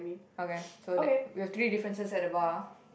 okay so that we have three differences at the bar